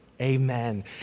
Amen